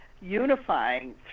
unifying